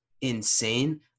insane